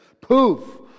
Poof